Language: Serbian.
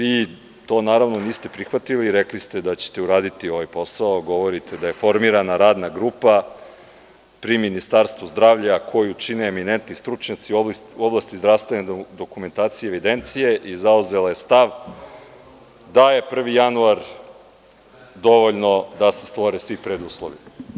Mislim da vi to naravno niste prihvatili i rekli ste da ćete uraditi ovaj posao, govorite da je formirana radna grupa pri Ministarstvu zdravlja koju čine eminentni stručnjaci u oblasti zdravstvene dokumentacije i evidencije i zauzela je stav da je 1. januar dovoljno da se stvore svi preduslovi.